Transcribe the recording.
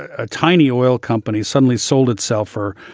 a tiny oil company suddenly sold itself for,